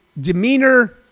demeanor